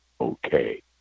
okay